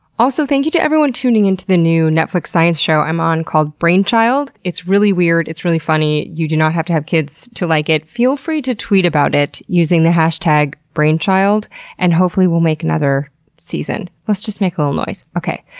also thank you to everyone tuning into to the new netflix science show i'm on called brainchild. it's really weird. it's really funny. you do not have to have kids to like it. feel free to tweet about it using the hashtag brainchild and hopefully we'll make another season. let's just make a little noise. okay.